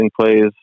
plays